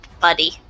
buddy